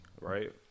right